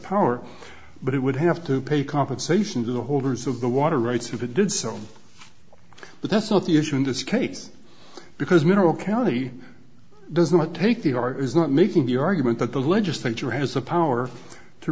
power but it would have to pay compensation to the holders of the water rights if it did so but that's not the issue in this case because mineral county does not take the r is not making the argument that the legislature has the power to